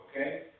Okay